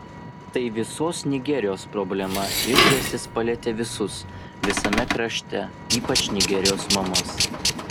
tai visos nigerijos problema išgąstis palietė visus visame krašte ypač nigerijos mamas